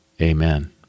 Amen